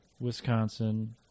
Wisconsin